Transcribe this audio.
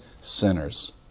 sinners